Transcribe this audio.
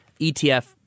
ETF